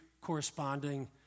corresponding